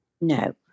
No